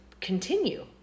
continue